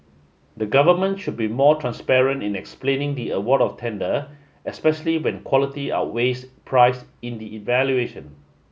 the government should be more transparent in explaining the award of tender especially when quality outweighs price in the evaluation